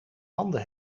handen